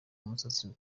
umusatsi